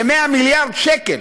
כ-100 מיליארד שקל.